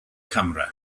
camera